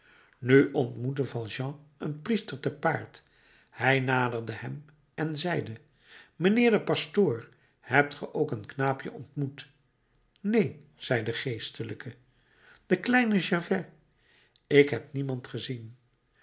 nu ontmoette valjean een priester te paard hij naderde hem en zeide mijnheer de pastoor hebt ge ook een knaapje ontmoet neen zei de geestelijke den kleinen gervais ik heb niemand gezien